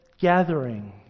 gathering